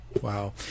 Wow